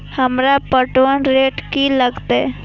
हमरा पटवन रेट की लागते?